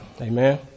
Amen